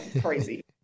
Crazy